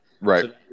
Right